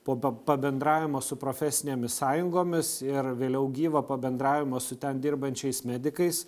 po pabendravimo su profesinėmis sąjungomis ir vėliau gyvą pabendravimą su ten dirbančiais medikais